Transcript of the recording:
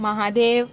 Mahadev